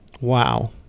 Wow